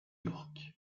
york